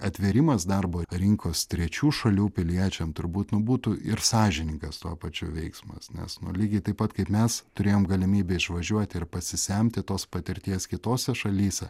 atvėrimas darbo rinkos trečių šalių piliečiam turbūt nu būtų ir sąžiningas tuo pačiu veiksmas nes nu lygiai taip pat kaip mes turėjom galimybę išvažiuot ir pasisemti tos patirties kitose šalyse